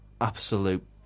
absolute